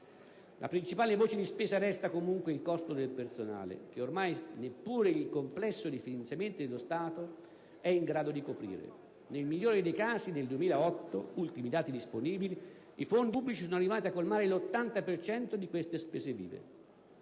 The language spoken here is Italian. La principale voce di spesa resta, comunque, il costo del personale, che ormai neppure il complesso dei finanziamenti dello Stato è in grado di coprire. Nel migliore dei casi, secondo gli ultimi dati disponibili del 2008, i fondi pubblici sono arrivati a colmare l'80 per cento di queste spese vive.